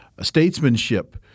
statesmanship